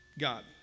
God